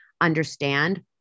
understand